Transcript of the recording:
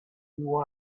you